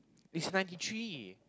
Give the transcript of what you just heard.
it's ninety three